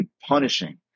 punishing